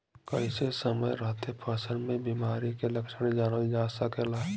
कइसे समय रहते फसल में बिमारी के लक्षण जानल जा सकेला?